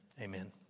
Amen